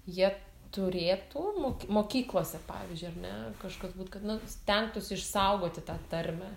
jie turėtų mok mokyklose pavyzdžiui ar ne kažkas būt kad nu stengtųsi išsaugoti tą tarmę